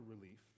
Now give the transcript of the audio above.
relief